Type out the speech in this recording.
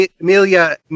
Amelia